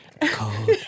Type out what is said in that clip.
Cold